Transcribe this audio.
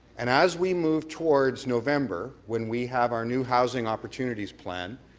and as we moved towards november when we have our new housing opportunities plan,